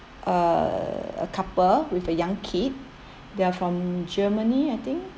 uh a couple with a young kid they are from germany I think